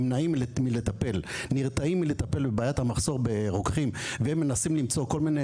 נרתעים מלטפל בבעיית המחסור ברוקחים ומנסים למצוא כול מיני